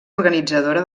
organitzadora